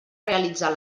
realitzar